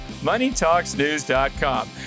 moneytalksnews.com